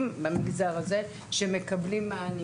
ואכן הם מקבלים.